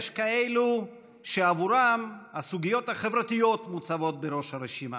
יש כאלה שעבורם הסוגיות החברתיות מוצבות בראש הרשימה.